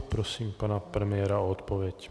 Prosím pana premiéra o odpověď.